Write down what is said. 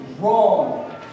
wrong